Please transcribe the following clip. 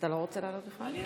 אתה מוזמן להוסיף, יש לו